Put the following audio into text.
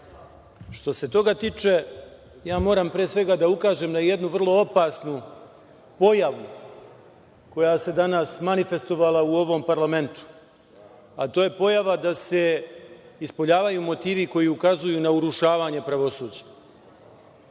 Što se toga tiče, ja moram pre svega da ukažem na jednu vrlo opasnu pojavu koja se danas manifestovala u ovom parlamentu, a to je pojava da se ispoljavaju motivi koji ukazuju na urušavanje pravosuđa. Istaknuta